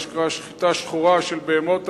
מה שנקרא "שחיטה שחורה" של בהמות,